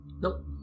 Nope